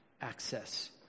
access